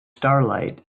starlight